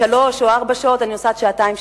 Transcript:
שלוש או ארבע שעות אני נוסעת שעתיים,